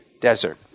Desert